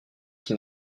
qui